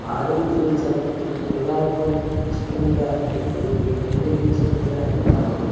ആരോട് ചോദിച്ചാലും ഒരാൾ പോലും ഇഷ്ടമില്ല എന്ന് വീഡിയോ ഗെയിം വീഡിയോ ഗെയിം ഇഷ്ടമില്ല എന്ന് പറയില്ല